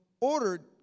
ordered